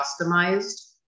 customized